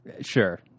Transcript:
Sure